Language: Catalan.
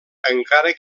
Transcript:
encara